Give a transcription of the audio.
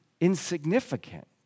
insignificant